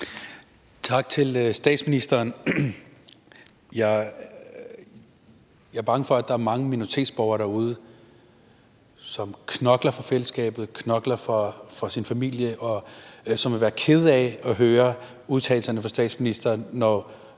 Tak til statsministeren. Jeg er bange for, at der er mange minoritetsborgere derude, som knokler for fællesskabet og knokler for deres familie, som vil være kede af at høre udtalelserne fra statsministeren, når statsministerens